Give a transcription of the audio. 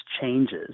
changes